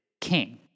king